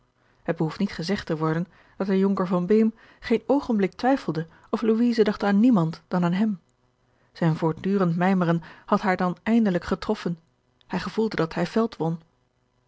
het behoeft niet gezegd te worden dat de jonker van beem geen oogenblik twijfelde of louise dacht aan niemand dan aan hem zijn voortdurend mijmeren had haar dan eindelijk getroffen hij gevoelde dat hij veld won